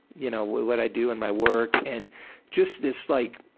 y'know, what i do in my work, and just this, like.